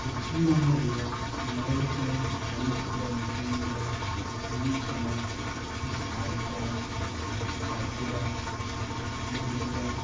ᱯᱩᱪᱷᱤᱢ ᱵᱟᱝᱞᱟ ᱨᱮᱭᱟᱜ ᱢᱚᱬᱮ ᱜᱚᱴᱟᱝ ᱦᱚᱱᱚᱛ ᱨᱮᱭᱟᱜ ᱧᱩᱛᱩᱢ ᱫᱚ ᱦᱩᱭᱩᱜ ᱠᱟᱱᱟ ᱡᱷᱟᱲᱜᱨᱟᱢ ᱵᱟᱸᱠᱩᱲᱟ ᱯᱩᱨᱩᱞᱤᱭᱟ